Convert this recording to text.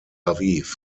aviv